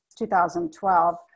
2012